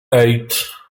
eight